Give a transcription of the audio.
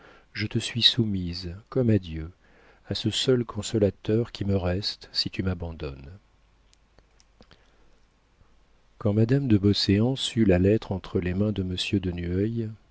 je te suis soumise comme à dieu à ce seul consolateur qui me reste si tu m'abandonnes quand madame de beauséant sut la lettre entre les mains de monsieur de